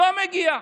לא מגיע.